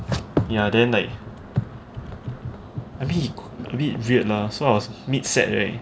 ya then like I mean a bit weird lah so I was mid set leh